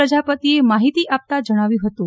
પ્રજાપતિએ માહિતી આપતા જણાવ્યું હતું